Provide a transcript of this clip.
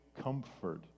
comfort